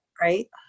Right